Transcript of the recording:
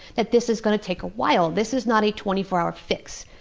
that this is going to take a while. this is not a twenty four hour fix,